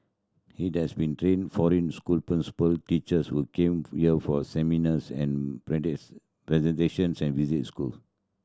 it has been train foreign school principal teachers who come here for seminars and presentations and visit school